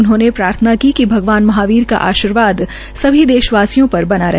उन्होंने प्रार्थना की कि भगभान महावीर का आर्शीवाद सभी देश वासियों पर बना रहे